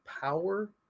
power